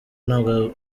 ntabwo